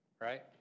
right